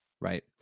right